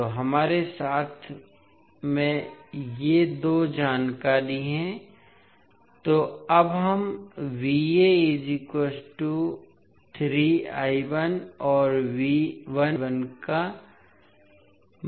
तो हमारे हाथ में ये दो जानकारी हैं तो अब हम और का मान कह सकते हैं